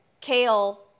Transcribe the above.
kale